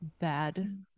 bad